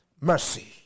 mercy